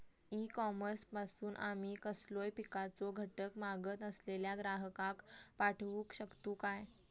E commerce पासून आमी कसलोय पिकाचो घटक मागत असलेल्या ग्राहकाक पाठउक शकतू काय?